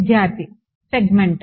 విద్యార్థి సెగ్మెంట్